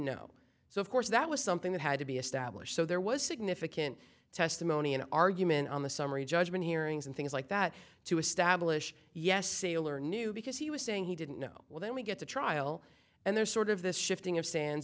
know so of course that was something that had to be established so there was significant testimony and argument on the summary judgment hearings and things like that to establish yes sailor knew because he was saying he didn't know well then we get to trial and there's sort of this shifting of sands